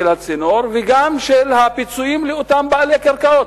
הצינור וגם של הפיצויים לאותם בעלי קרקעות.